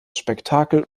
spektakel